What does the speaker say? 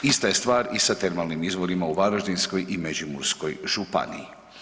Ista je stvar i sa termalnim izvorima u Varaždinskoj i Međimurskoj županiji.